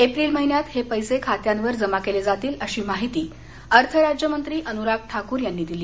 April महिन्यात हे पैसे खात्यांवर जमा केले जातील अशी माहिती अर्थ राज्यमंत्री अनुराग ठाकूर यांनी दिली